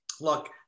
look